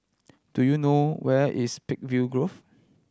do you know where is Peakville Grove